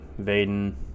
Vaden